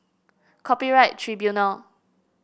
Copyright Tribunal